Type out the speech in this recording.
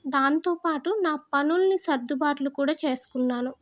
దాంతోపాటు నా పనులని సర్దుబాట్లు కూడా చేసుకున్నాను